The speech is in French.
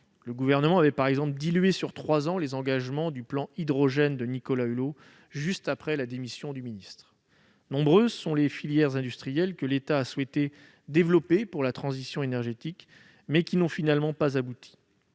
Le Gouvernement avait par exemple dilué sur trois ans les engagements du plan hydrogène de Nicolas Hulot, juste après la démission de ce dernier. Nombreuses sont les filières industrielles que l'État a souhaité développer pour la transition énergétique, sans que cela aboutisse.